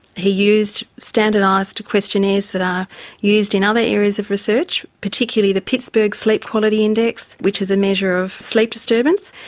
he used standardised questionnaires that are used in other areas of research, particularly the pittsburgh sleep quality index, which is a measure of sleep disturbance.